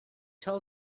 tell